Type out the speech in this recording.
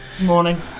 Morning